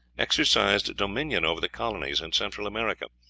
exercised dominion over the colonies in central america,